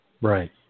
Right